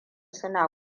suna